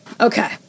Okay